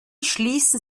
schließen